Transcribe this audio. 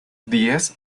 diez